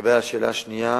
2. לגבי השאלה השנייה,